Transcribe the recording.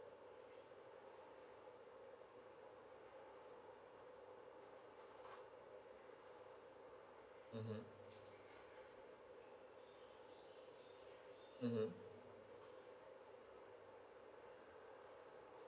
mm mm